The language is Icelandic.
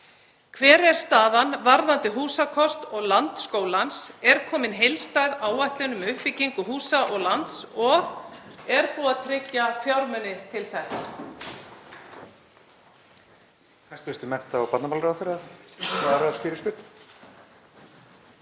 Hver er staðan varðandi húsakost og land skólans? Er komin heildstæð áætlun um uppbyggingu húsa og lands og er búið að tryggja fjármuni til hennar?